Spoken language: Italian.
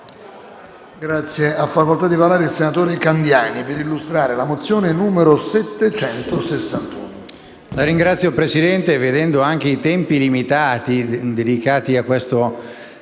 senso. Ha facoltà di parlare il senatore Candiani per illustrare la mozione n. 761.